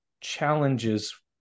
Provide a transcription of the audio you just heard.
challenges